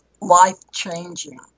life-changing